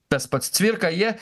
tas pats cvirka jie